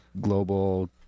global